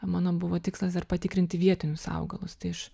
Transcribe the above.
mano buvo tikslas dar patikrinti vietinius augalus tai aš